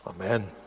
Amen